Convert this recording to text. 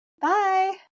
Bye